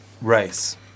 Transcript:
race